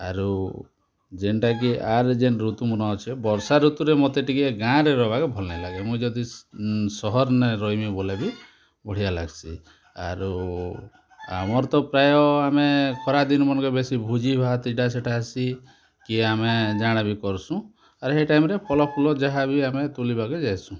ଆରୁ ଯେନ୍ଟା କି ଆର୍ ଯେନ୍ ଋତୁମନେ ଅଛେ ବର୍ଷା ଋତୁରେ ମୋତେ ଟିକେ ଗାଁରେ ରହିବାକେ ଭଲ୍ ନାଇଁ ଲାଗେ ମୁଇଁ ଯଦି ସହର୍ନେ ରହିମି ବୋଲେ ବି ବଢ଼ିଆ ଲାଗ୍ସି ଆରୁ ଆମର୍ ତ ପ୍ରାୟ ଆମେ ଖରା ଦିନମନକେ ବେଶୀ ଭୁଜି ଭାତ୍ ଇଟା ସେଇଟା ହେସି କି ଆମେ ଜାଣ ବି କରସୁଁ ଆର୍ ହେ ଟାଇମ୍ରେ ଫଳ ଫୁଲ ଯାହା ବି ଆମେ ତୋଲିବାକେ ଯାଇସୁଁ